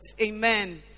Amen